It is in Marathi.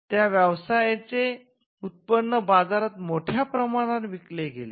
त्या व्यवसायाचे उत्पन्न बाजारात मोठ्या प्रमाणात विकले गेले